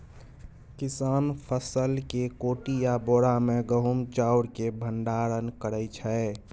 किसान फसल केँ कोठी या बोरा मे गहुम चाउर केँ भंडारण करै छै